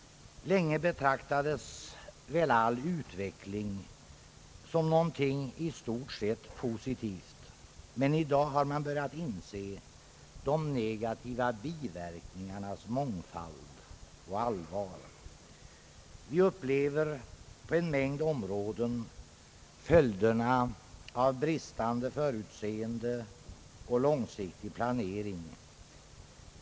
Länge betraktades väl all utveckling som något i stort sett positivt, men i dag har man börjat inse de negativa biverkningarnas mångfald och allvar. Vi upplever på en mängd områden följderna av bristande förutseende och avsaknaden av långsiktig planering.